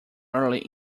early